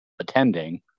attending